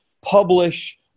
publish